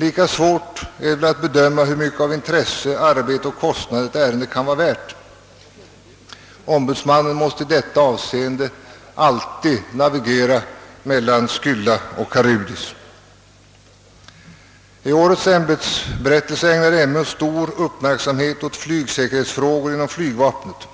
Lika svårt är det att bedöma hur mycket av intresse, arbete och kostnader ett ärende kan vara värt. Ombudsmannen måste i detta avseende alltid navigera mellan Scylla och Charybdis. I årets ämbetsberättelse ägnar MO stor uppmärksamhet åt flygsäkerhetsfrågor inom flygvapnet,